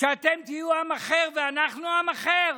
שאתם תהיו עם אחד ואנחנו עם אחר?